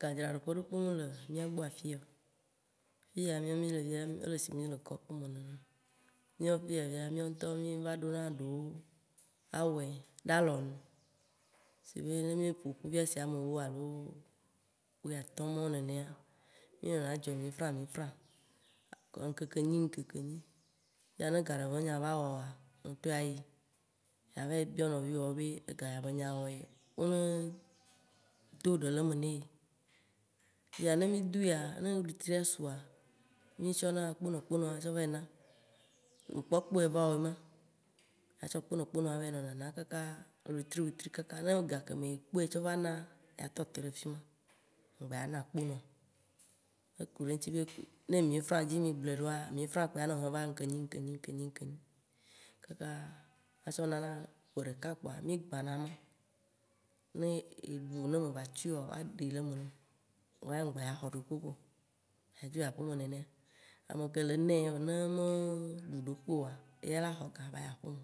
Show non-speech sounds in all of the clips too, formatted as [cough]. Gadzraɖoƒe ɖokpe mele mìagbɔ afiya o, fiya mìawo ya mì le fia, ele sie mì le koƒe me nene. Mìabe fiya fia, mìawo ŋtɔwo mì va ɖona ɖewo awɔe ɖe alɔnu. Si be ne mì ƒoƒu fia sie amewo alo wuiatɔ̃ mɔwo nenea, mìnɔna dzɔ 1000f, 1000f ŋkeke enyi ŋkeke enyi, ne ga ɖe be nya va wɔ wòa, wo ŋtɔ ayi ɖe ava yi biɔ nɔviwoawo be, ega ya be nya wɔyi wone do ɖe le eme neyi. Fifia ne mì doa, ne wetria sua, mì tsɔna kponɔ kponɔ atsɔ va yi na, ne mkpɔkpɔe va o ye ma. Atsɔ kponɔ kponɔ ava yi nɔ nana kakaaa, wetri wetri kakaaa, ne gakeme ekpɔe tsɔ va na, atɔte ɖe fima, mgba ya na kponɔ ke. Eku ɖe eŋti be ne 1000f dzi mì gblɔe ɖoa, 1000f kpoe ya nɔ heva ŋke nyi, ŋke nyi, ŋke nyi, ŋke nyi. Kaka atsɔ na ƒe ɖeka kpoa mì gbãna ema. Ne eɖu ne meva tui oa, woaɖe le eme nɔ, woya mgba dza xɔ ɖekpekpe o adzo yi aƒeme nenea. Ameke le nae, ne me ɖu ɖekpe oa, eya la xɔ ga ayi aƒeme.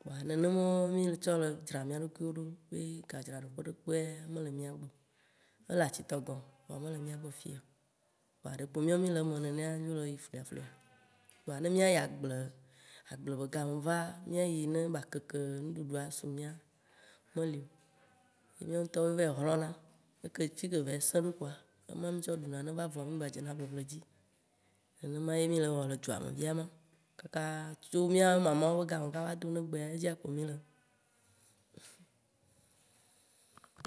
Kpoa nenema mì tsɔ le dzra mìaɖokuiwo ɖo, be gadzraɖoƒe ɖekpe ya mele mìa gbɔ, ele atitɔgɔ [noise] vɔa mele mìa gbɔ fiya o kpoa ɖekpo mìɔ mì le eme nenema dzo le yi fluya fluya. [noise] Kpoa ne mìa yi agble, agble be game va, mìa yi ne ba keke ŋɖuɖua ba su mìa, meli o, mìawo ŋtɔwoe va yi hlɔ̃na fike be va yi se ɖo kpoa ema mì tsɔ ɖuna, ne va vɔa mì gba dzena ƒeƒle dzi, nenema ye mì le wɔm le dua me fia ye ma. Kakaaa tso mìa mamawo be game kaka va na egbea, edzia kpo mì le [noise]